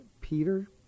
Peter